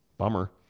Bummer